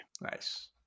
Nice